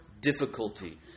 Difficulty